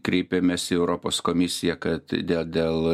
kreipiamės į europos komisiją kad dė dėl